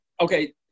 Okay